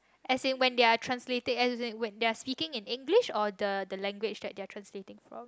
as in when they are translating as in when they are speaking in English or the the language they are translating from